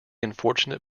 unfortunate